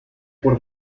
por